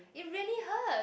it really hurts